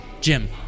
Jim